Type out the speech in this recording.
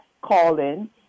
call-in